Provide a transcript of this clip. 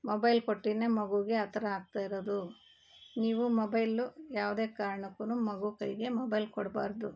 mobile ಕೊಟ್ಟೇ ಮಗುಗೆ ಆ ಥರ ಆಗ್ತಾ ಇರೋದು ನೀವು ಮೊಬೈಲು ಯಾವುದೇ ಕಾರಣಕ್ಕು ಮಗು ಕೈಗೆ ಮೊಬೈಲ್ ಕೊಡಬಾರ್ದು